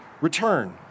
return